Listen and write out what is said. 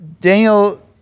Daniel